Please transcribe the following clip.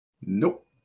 nope